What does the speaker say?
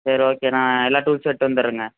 சரி ஓகே அண்ணா எல்லா டூல்ஸும் எடுத்துவந்தட்றேங்க அண்ணா